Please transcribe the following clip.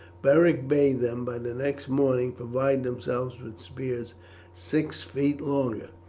beric bade them by the next morning provide themselves with spears six feet longer.